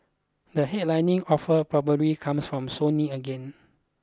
the headlining offer probably comes from Sony again